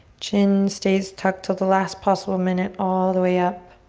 chin stays tucked til the last possible minute all the way up.